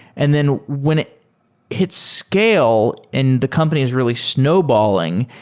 and then when it hits scale and the company is really snowballing,